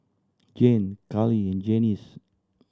Jane Karli and Janis